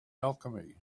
alchemy